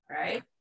right